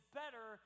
better